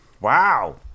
Wow